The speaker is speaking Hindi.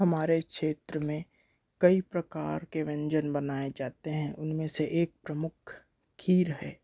हमारे क्षेत्र में कई प्रकार के व्यंजन बनाए जाते हैं उनमें से एक प्रमुख खीर है